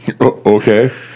okay